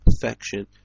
perfection